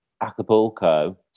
Acapulco